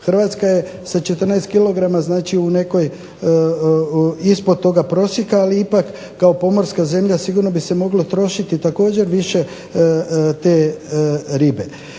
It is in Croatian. Hrvatska je sa 14 kg znači u nekoj ispod toga prosjeka. Ali ipak kao pomorska zemlja sigurno bi se moglo trošiti također više te ribe.